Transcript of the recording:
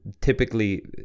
typically